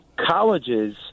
Colleges